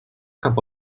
cap